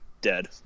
Dead